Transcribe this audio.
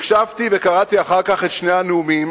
הקשבתי וקראתי אחר כך את שני הנאומים,